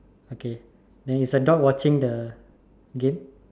okay then is the dog watching the game